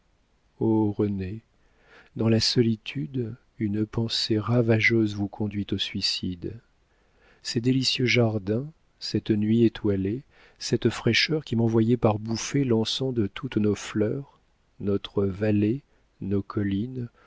renée dans la solitude une pensée ravageuse vous conduit au suicide ces délicieux jardins cette nuit étoilée cette fraîcheur qui m'envoyait par bouffées l'encens de toutes nos fleurs notre vallée nos collines